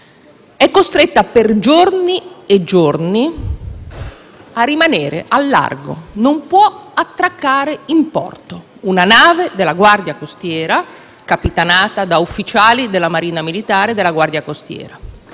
è costretta per giorni e giorni a rimanere al largo, non potendo attraccare in porto. Una nave della Guardia costiera capitanata da ufficiali della Marina militare della Guardia costiera